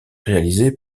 réalisés